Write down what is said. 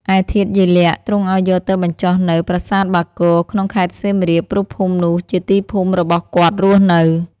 ឯធាតុយាយលាក់ ទ្រង់ឲ្យយកទៅបញ្ចុះនៅ ប្រាសាទបាគោ ក្នុងខេត្តសៀមរាប ព្រោះភូមិនោះជាទីភូមិរបស់គាត់រស់នៅ។